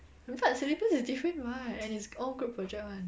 but syllabus is different [what] and it's all group project one